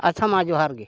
ᱟᱪᱪᱷᱟ ᱢᱟ ᱡᱚᱦᱟᱨ ᱜᱮ